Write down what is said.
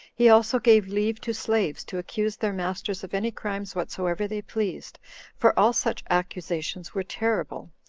he also gave leave to slaves to accuse their masters of any crimes whatsoever they pleased for all such accusations were terrible,